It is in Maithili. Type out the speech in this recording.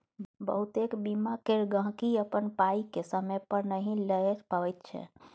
बहुतेक बीमा केर गहिंकी अपन पाइ केँ समय पर नहि लए पबैत छै